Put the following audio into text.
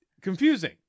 Confusing